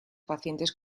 pacientes